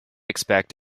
expect